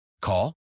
Call